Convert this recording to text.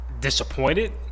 disappointed